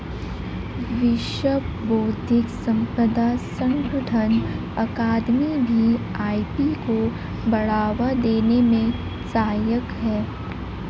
विश्व बौद्धिक संपदा संगठन अकादमी भी आई.पी को बढ़ावा देने में सहायक है